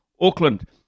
Auckland